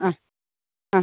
ആ ആ